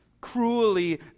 cruelly